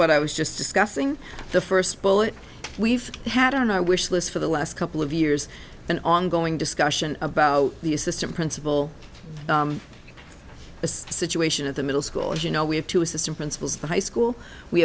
what i was just discussing the first bullet we've had on our wish list for the last couple of years an ongoing discussion about the assistant principal the situation of the middle school is you know we have to assistant principals the high school we